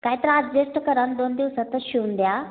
काहीतरी ॲडजस्ट करा आणि दोन दिवसातच शिवून द्या